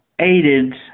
aided